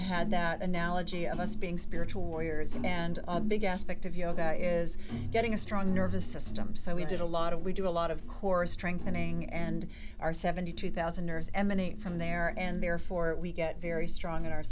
had that analogy of us being spiritual warriors and big aspect of yoga is getting a strong nervous system so we did a lot of we do a lot of course strengthening and our seventy two thousand nerves emanate from there and therefore we get very strong in our